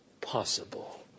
possible